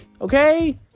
Okay